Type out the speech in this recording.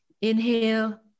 Inhale